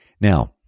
Now